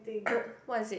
what is it